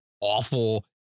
awful